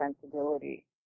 sensibility